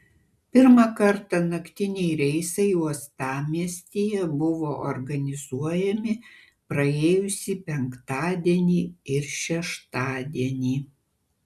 pirmą kartą naktiniai reisai uostamiestyje buvo organizuojami praėjusį penktadienį ir šeštadienį